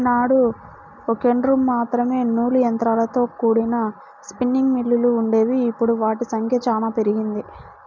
నాడు ఒకట్రెండు మాత్రమే నూలు యంత్రాలతో కూడిన స్పిన్నింగ్ మిల్లులు వుండేవి, ఇప్పుడు వాటి సంఖ్య చానా పెరిగింది